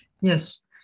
Yes